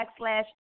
backslash